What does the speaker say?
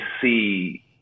see